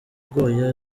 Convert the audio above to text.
agoye